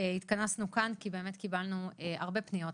התכנסנו כאן כי באמת קיבלנו הרבה פניות,